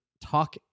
talk